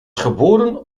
geboren